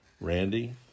Randy